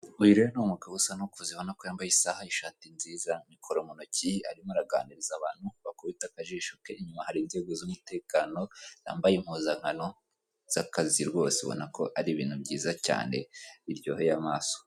Uyu rero ni umugabo usa n'ukuze ubona ko yambaye isaha n'ishati nziza mikoro mu ntoki arimo araganiriza abantu wakubita akajisho ke inyuma hari inzego z'umutekano, yambaye impuzankano z'akazi rwose ubona ko ari ibintu byiza cyane biryoheye amaso.